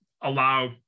allow